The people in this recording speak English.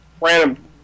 Random